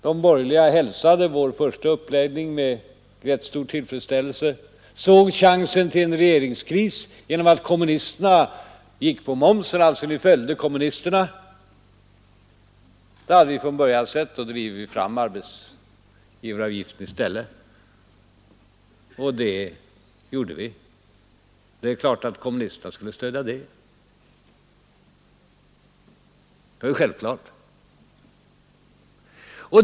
De borgerliga hälsade då vår första uppläggning med rätt stor tillfredsställelse, men när kommunisterna gick emot förslaget om höjning av momsen, såg ni chansen till en regeringskris. Ni följde kommunisterna. Då lade vi i stället fram förslag om höjning av arbetsgivaravgiften, och det var självklart att kommunisterna skulle stödja det.